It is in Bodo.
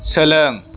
सोलों